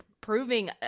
proving